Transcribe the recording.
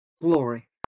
Glory